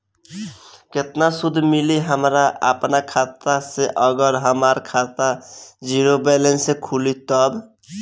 केतना सूद मिली हमरा अपना खाता से अगर हमार खाता ज़ीरो बैलेंस से खुली तब?